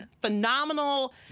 phenomenal